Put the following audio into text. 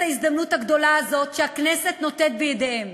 ההזדמנות הגדולה הזאת שהכנסת נותנת בידיהן.